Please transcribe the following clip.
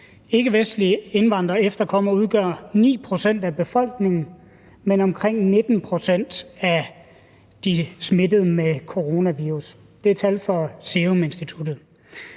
ikkevestlige indvandrere og efterkommere udgør 9 pct. af befolkningen, men omkring 19 pct. af de smittede med coronavirus – det er tal fra Seruminstituttet.